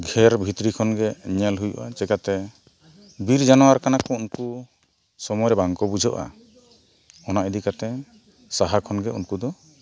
ᱜᱷᱮᱨ ᱵᱷᱤᱛᱨᱤ ᱠᱷᱚᱱᱜᱮ ᱧᱮᱞ ᱦᱩᱭᱩᱜᱼᱟ ᱪᱤᱠᱟᱹᱛᱮ ᱵᱤᱨ ᱡᱟᱱᱣᱟᱨ ᱠᱟᱱᱟ ᱠᱚ ᱩᱱᱠᱩ ᱥᱚᱢᱚᱭ ᱨᱮ ᱵᱟᱝ ᱠᱚ ᱵᱩᱡᱷᱟᱹᱜᱼᱟ ᱚᱱᱟ ᱤᱫᱤ ᱠᱟᱛᱮᱫ ᱥᱟᱦᱟ ᱠᱷᱚᱱ ᱜᱮ ᱩᱱᱠᱩ ᱫᱚ